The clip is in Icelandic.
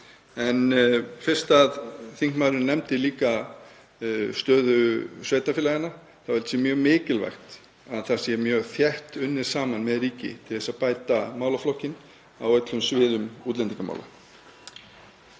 En fyrst að þingmaðurinn nefndi líka stöðu sveitarfélaganna þá er mjög mikilvægt að mjög þétt sé unnið með ríki til að bæta málaflokkinn á öllum sviðum útlendingamála.